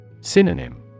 Synonym